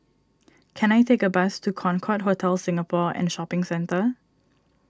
can I take a bus to Concorde Hotel Singapore and Shopping Centre